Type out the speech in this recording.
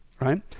right